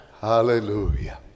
hallelujah